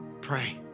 Pray